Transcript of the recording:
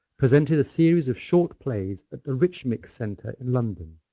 presented a series of short plays at the rich mix centre in london.